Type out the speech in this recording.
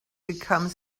become